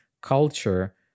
culture